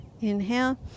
Inhale